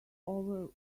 over